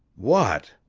what?